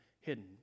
hidden